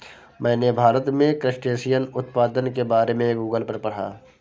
मैंने भारत में क्रस्टेशियन उत्पादन के बारे में गूगल पर पढ़ा